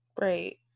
Right